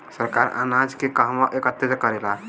सरकार अनाज के कहवा एकत्रित करेला?